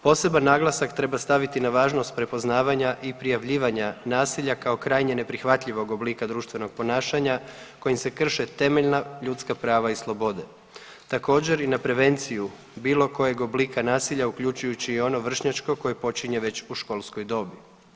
Poseban naglasak treba staviti na važnost prepoznavanja i prijavljivanja nasilja kao krajnje neprihvatljivog oblika društvenog ponašanja kojim se krše temeljna ljudska prava i slobode, također i na prevenciju bilo kojeg oblika nasilja uključujući i ono vršnjačko koje počinje već u školskoj dobi.